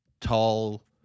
tall